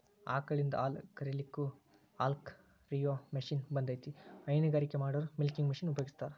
ಆಕಳಿಂದ ಹಾಲ್ ಕರಿಲಿಕ್ಕೂ ಹಾಲ್ಕ ರಿಯೋ ಮಷೇನ್ ಬಂದೇತಿ ಹೈನಗಾರಿಕೆ ಮಾಡೋರು ಮಿಲ್ಕಿಂಗ್ ಮಷೇನ್ ಉಪಯೋಗಸ್ತಾರ